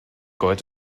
gold